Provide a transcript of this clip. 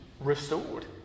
restored